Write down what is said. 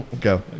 Go